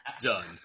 Done